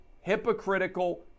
hypocritical